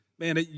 Man